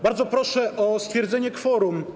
Bardzo proszę o stwierdzenie kworum.